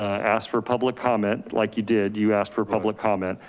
ah ask for public comment, like you did, you ask for public comment.